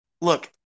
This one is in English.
Look